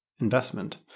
investment